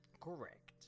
correct